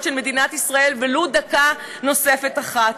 של מדינת ישראל ולו דקה נוספת אחת.